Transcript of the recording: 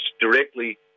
directly